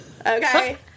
Okay